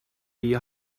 iyi